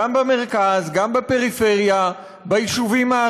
אנחנו ביום הזה